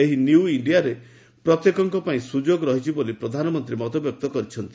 ଏହି ନିଉ ଇଣ୍ଡିଆରେ ପ୍ରତ୍ୟେକଙ୍କ ପାଇଁ ସୁଯୋଗ ରହିଛି ବୋଲି ପ୍ରଧାନମନ୍ତ୍ରୀ ମତବ୍ୟକ୍ତ କରିଛନ୍ତି